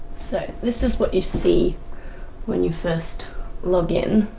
so this is what you see when you first log in.